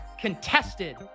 contested